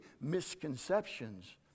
misconceptions